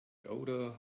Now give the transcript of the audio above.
odor